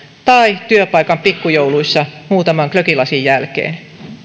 tai työpaikan pikkujouluissa muutaman glögilasin jälkeen